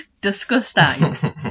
Disgusting